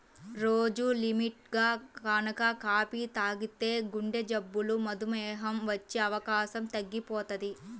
రోజూ లిమిట్గా గనక కాపీ తాగితే గుండెజబ్బులు, మధుమేహం వచ్చే అవకాశం తగ్గిపోతది